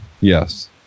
yes